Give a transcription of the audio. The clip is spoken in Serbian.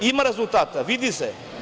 Ima rezultata, vidi se.